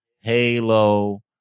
Halo